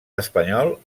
espanyol